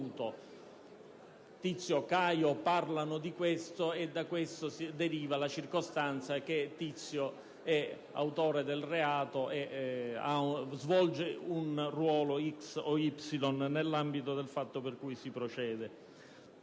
Tizio e Caio parlano di questo e da ciò deriva la circostanza che Tizio è autore del reato e svolge un certo ruolo nell'ambito del fatto per cui si procede.